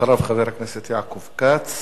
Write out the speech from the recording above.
אחריו, חבר הכנסת יעקב כץ,